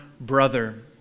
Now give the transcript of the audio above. brother